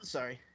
Sorry